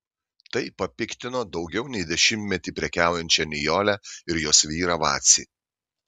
tai papiktino daugiau nei dešimtmetį prekiaujančią nijolę ir jos vyrą vacį